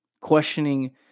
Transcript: questioning